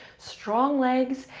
strong legs.